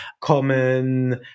common